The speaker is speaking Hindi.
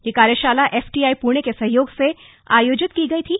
यह कार्यशाला एफटीआई पुणे के सहयोग से आयोजित की गई थी